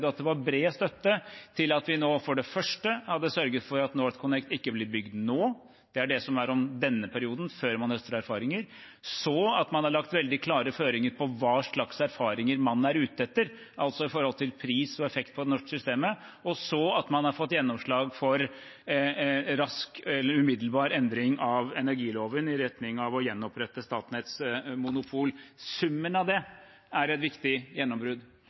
at det var bred støtte til at vi nå, for det første, hadde sørget for at NorthConnect ikke blir bygget nå – det er det som er om denne perioden, før man høster erfaringer – at man har lagt veldig klare føringer på hva slags erfaringer man er ute etter, med tanke på pris og effekt på det norske systemet, og at man har fått gjennomslag for umiddelbar endring av energiloven i retning av å gjenopprette Statnetts monopol. Summen av det er et viktig gjennombrudd.